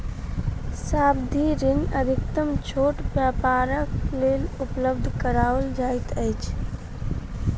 सावधि ऋण अधिकतम छोट व्यापारक लेल उपलब्ध कराओल जाइत अछि